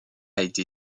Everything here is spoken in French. été